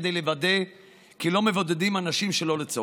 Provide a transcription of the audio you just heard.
כדי לוודא שלא מבודדים אנשים שלא לצורך.